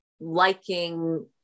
liking